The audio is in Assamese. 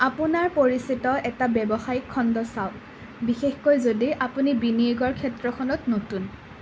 আপোনাৰ পৰিচিত এটা ব্যৱসায়িক খণ্ড চাওক বিশেষকৈ যদি আপুনি বিনিয়োগৰ ক্ষেত্ৰখনত নতুন